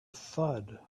thud